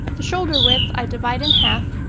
the shoulder width, i divide in half,